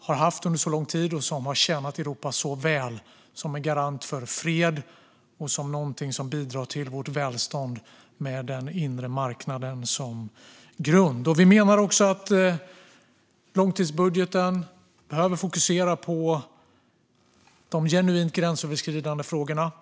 har haft under så lång tid och som har tjänat Europa så väl som en garant för fred och som bidrar till vårt välstånd med den inre marknaden som grund. Vi menar att långtidsbudgeten behöver fokusera på de genuint gränsöverskridande frågorna.